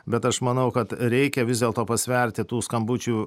bet aš manau kad reikia vis dėlto pasverti tų skambučių